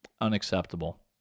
Unacceptable